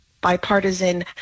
bipartisan